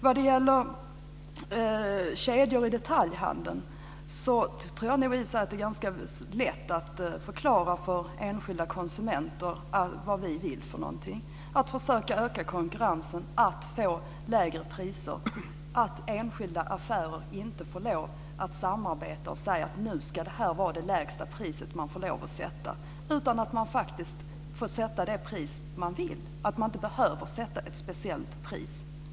Vad det gäller kedjor i detaljhandeln är det nog ganska lätt att förklara för enskilda konsumenter vad vi vill - att försöka öka konkurrensen, att få lägre priser. Enskilda affärer ska inte få lov att samarbeta och säga att nu ska detta vara det lägsta pris man får sätta, utan man ska faktiskt få sätta det pris man vill. Man ska inte behöva sätta ett speciellt pris.